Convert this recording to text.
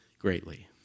greatly